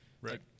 Right